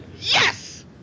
yes